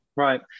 Right